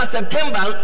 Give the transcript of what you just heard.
September